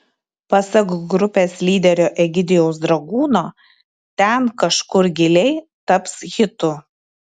pasak grupės lyderio egidijaus dragūno ten kažkur giliai taps hitu